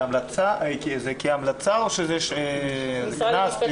זה כהמלצה או קנס?